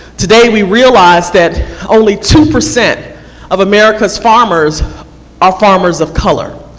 today we realized that only two percent of america's farmers are farmers of color.